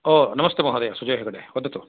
नमस्ते महोदय सुजय् हेगडे वदतु